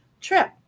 trip